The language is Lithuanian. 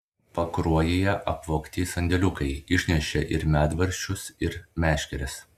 pakruojyje apvogti sandėliukai išnešė ir medvaržčius ir meškeres